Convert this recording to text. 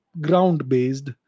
ground-based